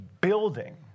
building